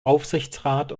aufsichtsrat